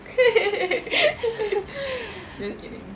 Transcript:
just kidding